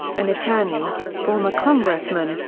an attorney, former congressman,